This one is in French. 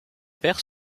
père